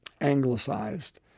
anglicized